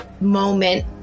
moment